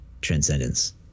transcendence